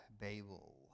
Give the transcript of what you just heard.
Babel